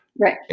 Right